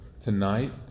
tonight